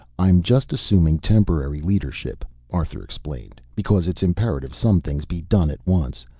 i'm just assuming temporary leadership, arthur explained, because it's imperative some things be done at once.